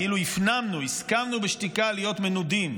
כאילו הפנמנו, הסכמנו בשתיקה להיות מנודים.